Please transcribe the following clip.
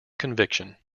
conviction